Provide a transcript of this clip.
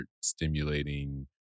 stimulating